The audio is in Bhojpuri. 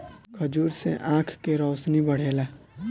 खजूर से आँख के रौशनी बढ़ेला